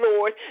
Lord